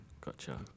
Gotcha